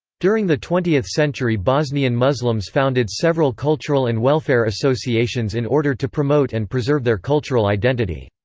during the twentieth century bosnian muslims founded several cultural and welfare associations in order to promote and preserve their cultural identity.